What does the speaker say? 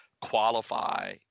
qualify